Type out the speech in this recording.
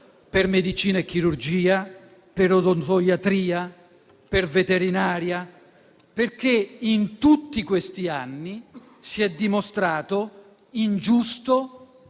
per medicina e chirurgia, per odontoiatria, per veterinaria, perché in tutti questi anni si è dimostrato ingiusto,